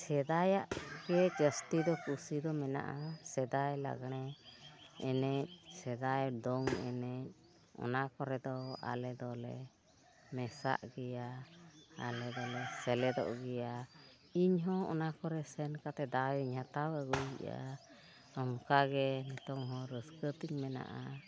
ᱥᱮᱫᱟᱭᱟᱜ ᱜᱮ ᱡᱟᱹᱥᱛᱤ ᱫᱚ ᱠᱩᱥᱤ ᱫᱚ ᱢᱮᱱᱟᱜᱼᱟ ᱥᱮᱫᱟᱭ ᱞᱟᱜᱽᱬᱮ ᱮᱱᱮᱡ ᱥᱮᱫᱟᱭ ᱫᱚᱝ ᱮᱱᱮᱡ ᱚᱱᱟ ᱠᱚᱨᱮᱫᱚ ᱟᱞᱮ ᱫᱚᱞᱮ ᱢᱮᱥᱟᱜ ᱜᱮᱭᱟ ᱟᱞᱮ ᱫᱚᱞᱮ ᱥᱮᱞᱮᱫᱚᱜ ᱜᱮᱭᱟ ᱤᱧᱦᱚᱸ ᱚᱱᱟ ᱠᱚᱨᱮ ᱥᱮᱱ ᱠᱟᱛᱮ ᱫᱟᱣᱤᱧ ᱦᱟᱛᱟᱣ ᱟᱹᱜᱩᱭᱮᱫᱟ ᱚᱱᱠᱟᱜᱮ ᱱᱤᱛᱳᱜ ᱦᱚᱸ ᱨᱟᱹᱥᱠᱟᱹᱛᱤᱧ ᱢᱮᱱᱟᱜᱼᱟ